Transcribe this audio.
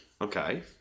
Okay